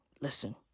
Listen